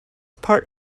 part